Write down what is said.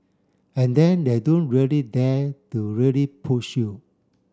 and then they don't really dare to really push you